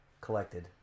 collected